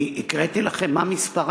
אני הקראתי לכם מה מספר